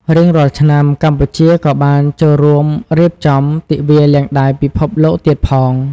រៀងរាល់ឆ្នាំ កម្ពុជាក៏បានចូលរួមរៀបចំ ទិវាលាងដៃពិភពលោកទៀតផង។